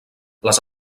les